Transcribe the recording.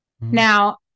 Now